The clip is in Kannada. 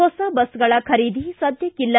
ಹೊಸ ಬಸ್ಗಳ ಖರೀದಿ ಸದ್ಯಕ್ಕಿಲ್ಲ